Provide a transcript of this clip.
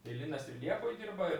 tai linas ir liepoj dirba ir